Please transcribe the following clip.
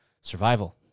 survival